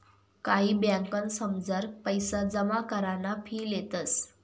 कायी ब्यांकसमझार पैसा जमा कराना फी लेतंस